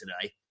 today